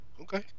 Okay